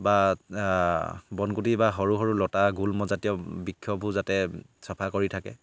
বা বনগুটি বা সৰু সৰু লতা গুল্মজাতীয় বৃক্ষবোৰ যাতে চাফা কৰি থাকে